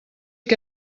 que